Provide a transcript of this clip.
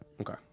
Okay